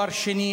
תואר שני,